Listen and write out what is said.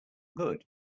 good